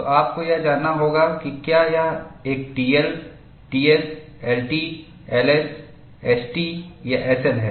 तो आपको यह जानना होगा कि क्या यह एक TL TS LT LS ST या एसएल है